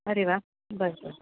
अरे वा बरं बरं